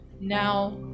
Now